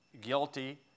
guilty